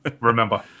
remember